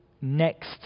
next